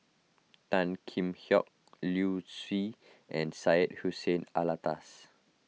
Tan Kheam Hock Liu Si and Syed Hussein Alatas